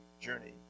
journey